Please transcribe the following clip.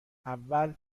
اول